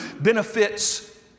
benefits